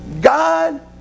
God